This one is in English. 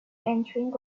entering